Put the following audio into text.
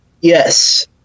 yes